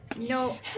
No